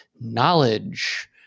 knowledge